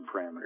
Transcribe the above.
parameters